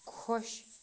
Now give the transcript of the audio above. خۄش